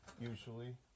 usually